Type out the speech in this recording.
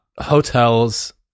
Hotels